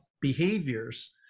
behaviors